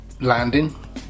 landing